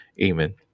Amen